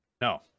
No